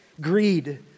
Greed